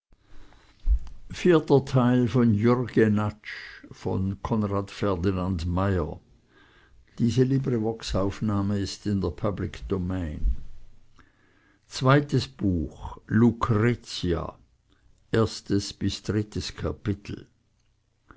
zweites buch lucretia erstes kapitel